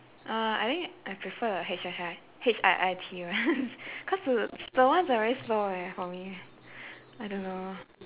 uh I think I prefer the H H I H_I_I_T [one] cause the slow ones are very slow eh for me I don't know